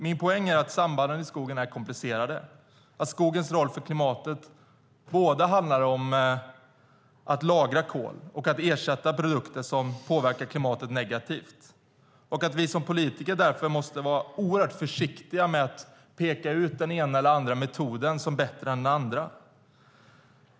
Min poäng är att sambanden i skogen är komplicerade, att skogens roll för klimatet både handlar om att lagra kol och att ersätta produkter som påverkar klimatet negativt. Som politiker måste vi därför vara försiktiga med att peka ut den ena eller andra metoden som bättre.